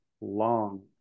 long